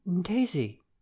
Daisy